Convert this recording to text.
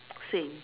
same